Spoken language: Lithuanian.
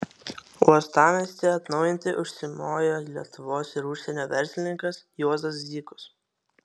uostamiestį atnaujinti užsimojo lietuvos ir užsienio verslininkas juozas zykus